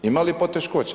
Ima li poteškoća?